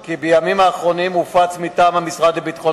כי בימים האחרונים הופץ מטעם המשרד לביטחון